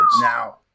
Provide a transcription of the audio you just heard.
now